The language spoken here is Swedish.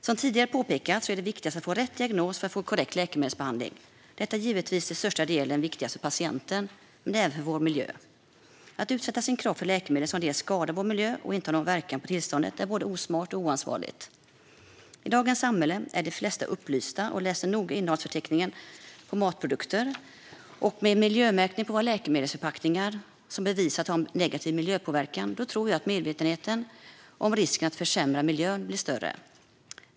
Som tidigare påpekats är det viktigaste att få rätt diagnos för att få korrekt läkemedelsbehandling. Detta är givetvis till största delen viktigast för patienten men även för vår miljö. Att utsätta sin kropp för läkemedel som skadar vår miljö och inte har någon verkan på tillståndet är både osmart och oansvarigt. I dagens samhälle är de flesta upplysta och läser noga innehållsförteckningen på matprodukter. Med miljömärkning på våra läkemedelsförpackningar för läkemedel som bevisat har en negativ miljöpåverkan tror jag att medvetenheten om risken att försämra miljön blir större.